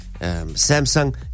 Samsung